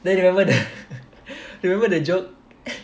then you remember remember the joke